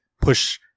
push